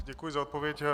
Děkuji za odpověď.